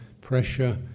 pressure